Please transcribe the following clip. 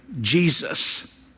Jesus